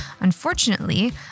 Unfortunately